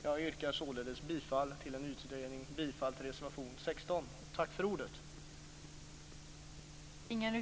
Jag yrkar bifall till förslaget om en utredning och således bifall till reservation nr 16.